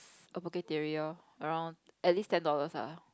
a Poke-Theory loh around at least ten dollars ah